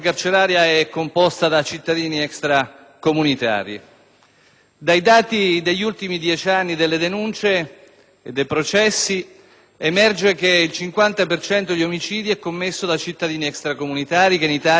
Dai dati degli ultimi dieci anni delle denunce e dei processi emerge che il 50 per cento degli omicidi viene commesso da cittadini extracomunitari, che in Italia costituiscono il 5 per cento della popolazione;